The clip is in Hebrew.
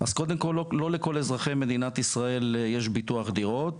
אז קודם כל לא לכל אזרחי מדינת ישראל יש ביטוח דירות.